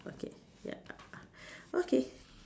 okay ya okay